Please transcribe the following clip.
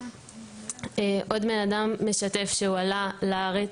עוד בן-אדם משתף שהוא עלה לארץ,